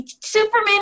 superman